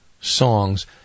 songs